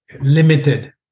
limited